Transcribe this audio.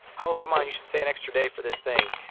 oh come on you should stay an extra day for this thing.